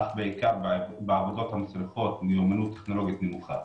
אבל בעיקר בעבודות שמצריכות מיומנות טכנולוגית נמוכה.